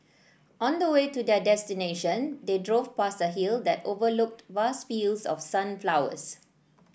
on the way to their destination they drove past a hill that overlooked vast fields of sunflowers